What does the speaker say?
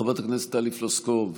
חברת הכנסת טלי פלוסקוב,